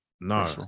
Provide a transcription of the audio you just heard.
No